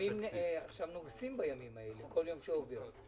אתה יודע, אני לא מחייך בעבודה שלי.